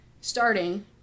starting